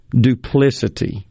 duplicity